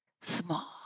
small